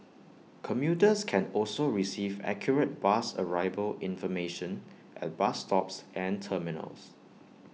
commuters can also receive accurate bus arrival information at bus stops and terminals